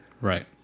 Right